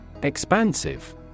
Expansive